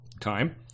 time